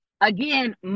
Again